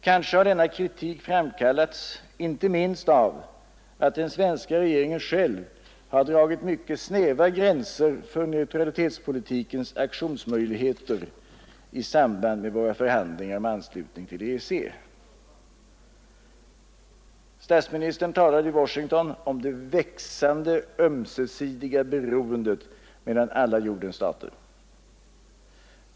Kanske har denna kritik framkallats inte minst av att den svenska regeringen själv har dragit mycket snäva gränser för neutralitetspolitikens aktionsmöjligheter i samband med våra förhandlingar om anslutning till EEC. Statsministern talade i Washington om det växande ömsesidiga beroendet mellan alla jordens stater.